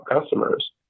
customers